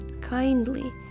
kindly